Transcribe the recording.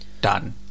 done